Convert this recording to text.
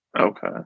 Okay